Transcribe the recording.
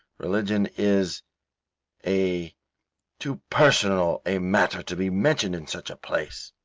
religion is a too personal a matter to be mentioned in such a place.